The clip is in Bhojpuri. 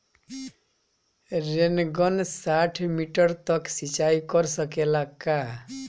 रेनगन साठ मिटर तक सिचाई कर सकेला का?